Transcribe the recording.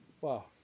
Wow